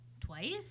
twice